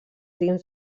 dins